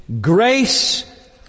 grace